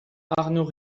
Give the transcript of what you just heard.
arnaud